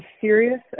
serious